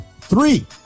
Three